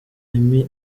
emmy